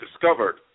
discovered